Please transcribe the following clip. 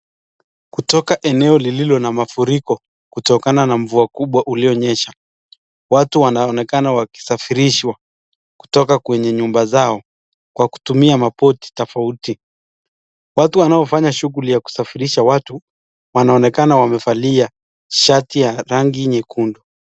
Kutoka eneo lililo na mafuriko kutokana na mvuo kubwa ulio nyesha. Watu wanaonekana wakisafirishwa kutoka kwenye nyumba zao kwa kutumia maboti tofauti. Watu wanao fanya shughuli ya kusafirisha watu, wanaonekana wamevalia shati ya rangi nyekundu.